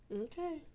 Okay